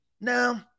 No